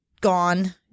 gone